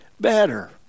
better